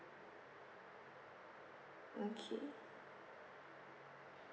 okay